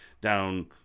Down